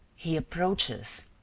he approaches.